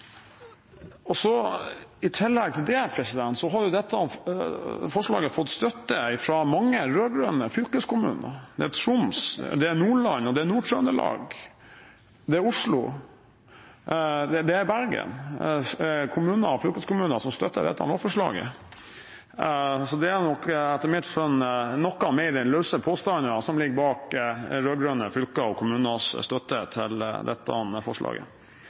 gode. Så er det også sånn at Produktivitetskommisjonen, i tillegg til Reiten-utvalget, har pekt på at dette er et fornuftig grep. I tillegg til det har dette forslaget fått støtte fra mange rød-grønne fylkeskommuner. Troms, Nordland, Nord-Trøndelag, Oslo og Bergen kommuner og fylkeskommuner støtter dette lovforslaget. Det er, etter mitt skjønn, noe mer enn løse påstander som ligger bak rød-grønne fylkers og kommuners støtte til dette forslaget.